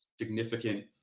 significant